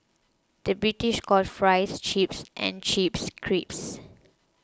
the British calls Fries Chips and Chips Crisps